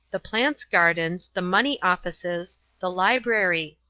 the plants garden's, the money office's, the library.